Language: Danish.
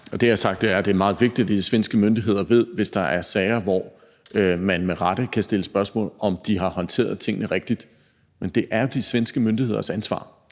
det er meget vigtigt, at de svenske myndigheder ved, hvis der er sager, hvor man med rette kan stille spørgsmål om, om de har håndteret tingene rigtigt. Men det er jo de svenske myndigheders ansvar,